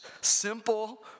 simple